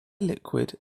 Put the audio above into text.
liquid